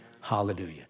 Hallelujah